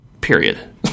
period